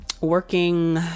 Working